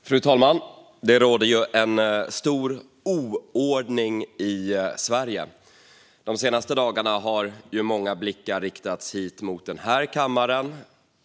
Fru talman! Det råder en stor oordning i Sverige. De senaste dagarna har många blickar riktats hit mot kammaren.